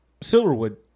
Silverwood